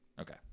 Okay